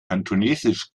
kantonesisch